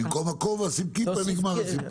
במקום הכובע, שים כיפה, נגמר הסיפור.